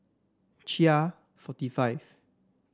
Chia forty five